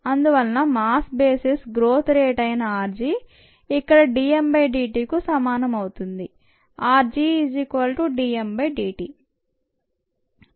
అందువల్ల mass basis growth rate అయిన r g ఇక్కడ d m dtకు సమానం అవుతుంది